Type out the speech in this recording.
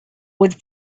would